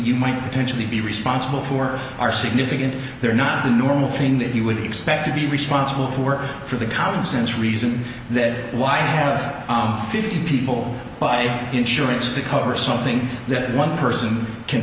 you might potentially be responsible for our significant they're not the normal thing that you would expect to be responsible for work for the common sense reason then why have fifty people buy insurance to cover something that one person can